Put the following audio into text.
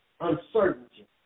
uncertainty